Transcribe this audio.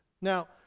Now